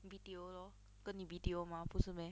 B_T_O lor 跟你 B_T_O mah 不是 meh